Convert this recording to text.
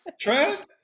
Trent